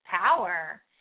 power